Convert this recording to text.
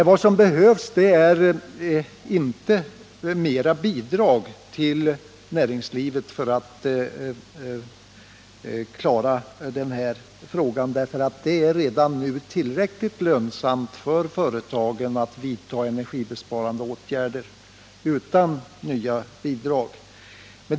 Vad som behövs är inte ytterligare bidrag till näringslivet för att klara den här frågan. Det är redan nu tillräckligt lönsamt för företagen att vidta energibesparande åtgärder utan nya bidrag.